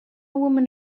woman